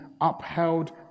Upheld